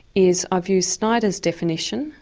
is i've used schneider's definition.